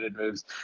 moves